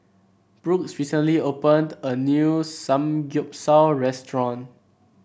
brooks recently opened a new Samgyeopsal restaurant